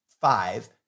five